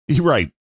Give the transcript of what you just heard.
Right